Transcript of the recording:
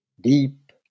deep